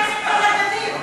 כסף לנגדים.